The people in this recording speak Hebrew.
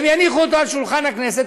הם יניחו אותו על שולחן הכנסת,